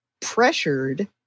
pressured